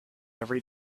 every